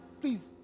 please